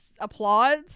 applauds